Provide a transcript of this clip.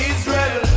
Israel